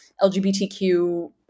LGBTQ